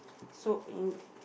soak in